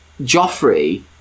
Joffrey